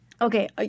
okay